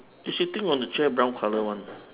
she sitting on the chair brown colour [one]